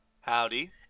Howdy